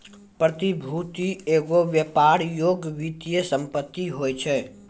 प्रतिभूति एगो व्यापार योग्य वित्तीय सम्पति होय छै